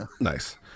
Nice